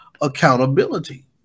accountability